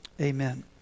amen